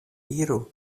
iru